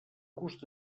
gust